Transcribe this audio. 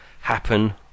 happen